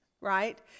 right